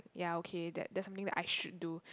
ya okay that that's something I should do